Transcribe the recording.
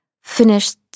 finished